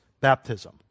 Baptism